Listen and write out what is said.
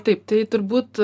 taip tai turbūt